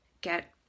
get